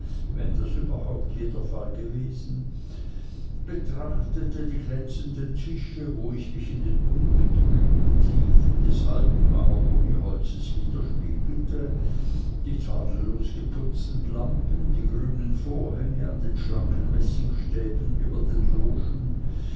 wenn das überhaupt je der fall gewesen betrachtete die glänzenden tische wo ich mich in den ungetrübten tiefen alten mahagoniholzes widerspiegelte die tadellos geputzten lampen die grünen vorhänge an den schlanken messingstäben über den logen